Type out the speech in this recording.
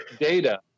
data